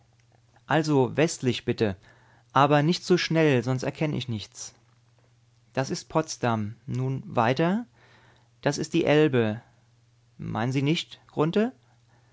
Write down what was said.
also westlich bitte aber nicht zu schnell sonst erkenn ich nichts das ist potsdam nun weiter das ist die elbe meinen sie nicht